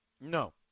No